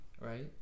right